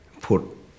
put